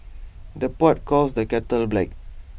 the pot calls the kettle black